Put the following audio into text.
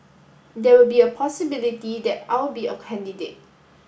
there will be a possibility that I'll be a candidate